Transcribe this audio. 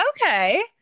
okay